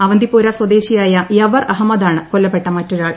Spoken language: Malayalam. അവന്തിപ്പോര സ്വദേശിയായ യവർ അഹമ്മദാണ് കൊല്ലപ്പെട്ട മറ്റൊരാൾ